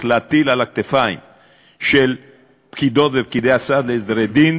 להטיל על הכתפיים של פקידות ופקידי הסעד לעניין סדרי דין